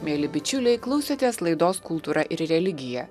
mieli bičiuliai klausotės laidos kultūra ir religija